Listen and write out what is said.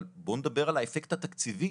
אבל בואו נדבר על האפקט התקציבי.